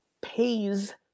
pays